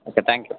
okay thank you